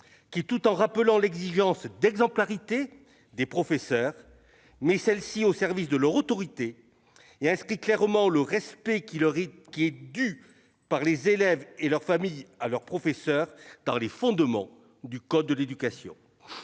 qui, tout en rappelant l'exigence d'exemplarité des professeurs, met celle-ci au service de leur autorité et inscrit clairement le respect dû par les élèves et leur famille aux professeurs dans les fondements du code de l'éducation.